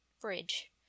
Bridge